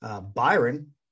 Byron